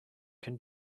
can